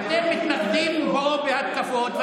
אתם מתמקדים בהתקפות עליו,